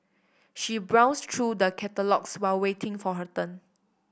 she browsed through the catalogues while waiting for her turn